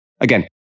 Again